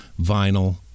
vinyl